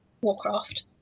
Warcraft